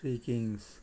three kings